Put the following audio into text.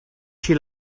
she